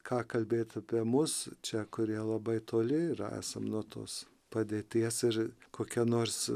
ką kalbėt apie mus čia kurie labai toli ir esam nuo tos padėties ir kokia nors